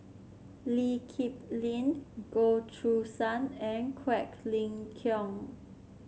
Lee Kip Lin Goh Choo San and Quek Ling Kiong